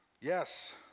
Yes